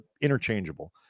interchangeable